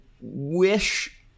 wish